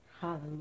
hallelujah